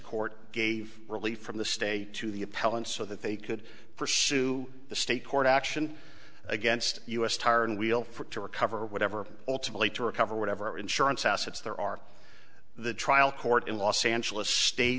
court gave relief from the state to the appellant so that they could pursue the state court action against u s tire and wheel it to recover whatever ultimately to recover whatever insurance assets there are the trial court in los angeles state